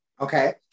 Okay